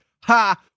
ha